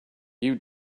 you